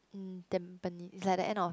mm tampine~ it's like the end of